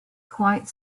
quite